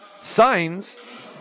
signs